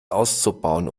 auszubauen